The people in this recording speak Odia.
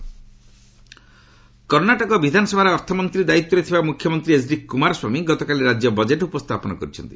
କର୍ଣ୍ଣାଟକ ବଜେଟ୍ କର୍ଣ୍ଣାଟକ ବିଧାନସଭାରେ ଅର୍ଥମନ୍ତ୍ରୀ ଦାୟିତ୍ୱରେ ଥିବା ମୁଖ୍ୟମନ୍ତ୍ରୀ ଏଚ୍ଡି କୁମାରସ୍ୱାମୀ ଗତକାଲି ରାଜ୍ୟବଜେଟ୍ ଉପସ୍ଥାପନ କରିଛନ୍ତି